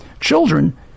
Children